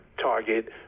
Target